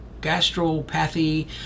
gastropathy